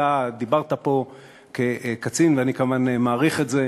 אתה דיברת פה כקצין, ואני כמובן מעריך את זה,